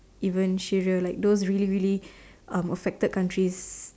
even Syria like those really really um affected countries